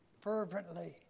Fervently